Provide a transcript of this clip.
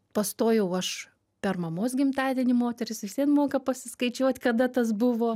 pastojau aš per mamos gimtadienį moterys vis vien moka pasiskaičiuot kada tas buvo